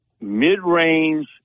mid-range